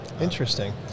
interesting